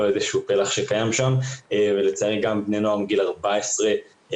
איזשהו פלח שקיים שם ולצערי גם בני נוער מגיל 14 משתתפים